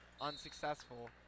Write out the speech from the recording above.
unsuccessful